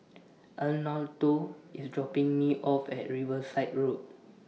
Arnoldo IS dropping Me off At Riverside Road